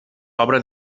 obra